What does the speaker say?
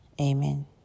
Amen